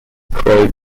croix